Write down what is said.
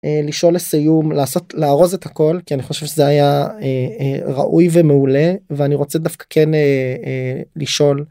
לשאול לסיום לנסות לארוז את הכל כי אני חושב שזה היה ראוי ומעולה ואני רוצה דווקא כן לשאול.